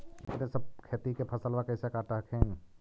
अपने सब खेती के फसलबा कैसे काट हखिन?